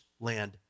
land